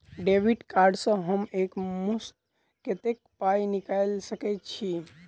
Debit card सँ हम एक मुस्त कत्तेक पाई निकाल सकय छी?